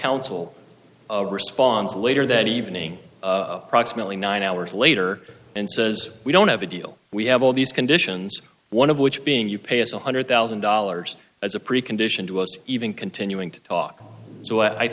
counsel a response later that evening proximately nine hours later and says we don't have a deal we have all these conditions one of which being you pay us one hundred thousand dollars as a precondition to us even continuing to talk